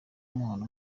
muhora